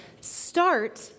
start